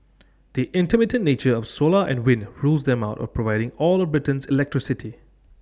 the intermittent nature of solar and wind rules them out of providing all of Britain's electricity